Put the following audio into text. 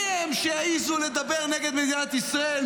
מי הם שיעזו לדבר נגד מדינת ישראל?